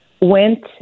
went